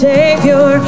Savior